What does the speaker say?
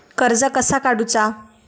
कर्ज कसा काडूचा?